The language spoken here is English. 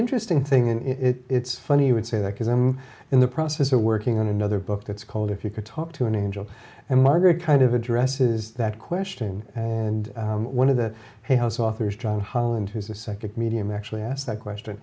interesting thing in it it's funny you would say that because i'm in the process of working on another book that's called if you could talk to an angel and margaret kind of addresses that question and one of the house authors john holland who's a psychic medium actually asked that question